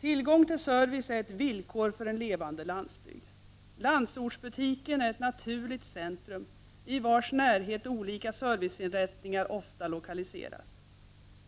Tillgång till service är ett villkor för en levande landsbygd. Landsortsbutiken är ett naturligt centrum i vars närhet olika serviceinrättningar ofta lokaliseras.